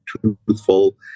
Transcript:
truthful